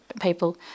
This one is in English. people